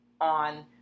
on